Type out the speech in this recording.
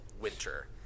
winter